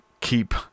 keep